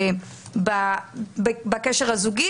בקשר הזוגי.